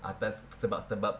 atas sebab-sebab